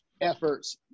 efforts